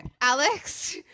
alex